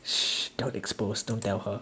don't expose don't tell her